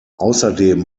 außerdem